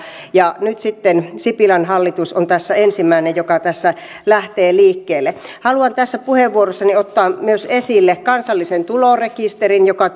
nyt sitten sipilän hallitus on ensimmäinen joka tässä lähtee liikkeelle haluan tässä puheenvuorossani ottaa myös esille kansallisen tulorekisterin joka